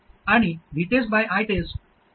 आणि VTEST by ITEST 1 gm आहे